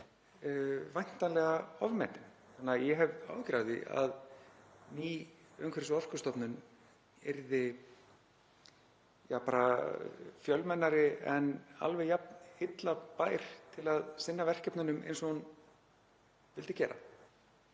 Þannig að ég hef áhyggjur af því að ný Umhverfis- og orkustofnun yrði bara fjölmennari en alveg jafn illa bær til að sinna verkefnunum eins og hún vildi gera,